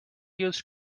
used